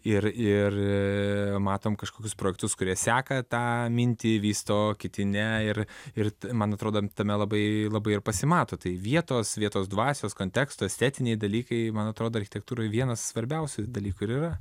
ir ir matom kažkokius projektus kurie seka tą mintį vysto kiti ne ir ir man atrodo tame labai labai ir pasimato tai vietos vietos dvasios konteksto estetiniai dalykai man atrodo architektūroj vienas svarbiausių dalykų ir yra